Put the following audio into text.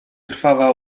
krwawa